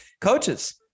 coaches